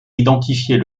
identifier